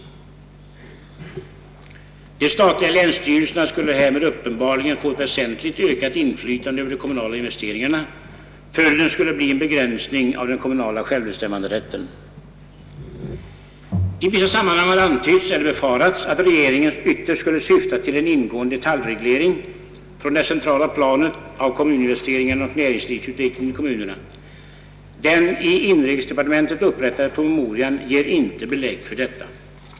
De statliga länsstyrelserna skulle härmed uppenbarligen få ett väsentligt ökat inflytande över de kommunala investeringarna. Följden skulle bli en begränsning av den kommunala självbestämmanderätten. I vissa sammanhang har antytts eller befarats, att regeringen ytterst skulle syfta till en ingående detaljreglering från det centrala planet av kommuninvesteringarna och <näringslivsutvecklingen i kommunerna. Den i inrikesdepartementet upprättade promemorian ger inte belägg för detta.